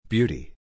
Beauty